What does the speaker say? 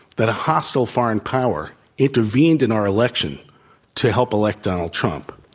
that a hostile foreign power intervened in our election to help elect donald trump.